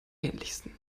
ähnlichsten